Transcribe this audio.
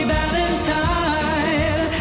Valentine